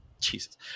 Jesus